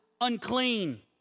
unclean